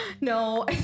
no